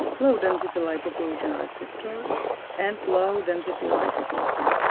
low-density lipoprotein receptor and low-density lipoprotein